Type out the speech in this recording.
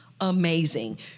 amazing